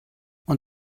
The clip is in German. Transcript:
und